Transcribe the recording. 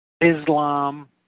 Islam